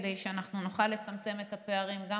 כדי שאנחנו נוכל לצמצם את הפערים גם